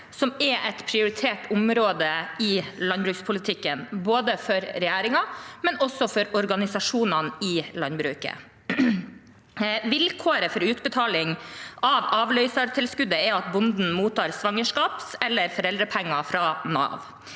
som er et prioritert område i landbrukspolitikken for regjeringen, men også for organisasjonene i landbruket. Vilkåret for utbetaling av avløsertilskuddet er at bonden mottar svangerskaps- eller foreldrepenger fra Nav.